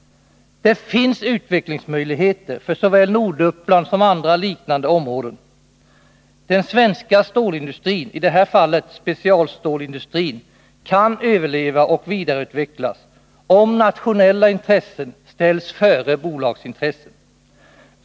Det finns utvecklingsmöjligheter för såväl Norduppland som andra liknande områden. Den svenska stålindustrin, i det här fallet specialstålindustrin, kan överleva och vidareutvecklas, om nationella intressen ställs före bolagsintressen.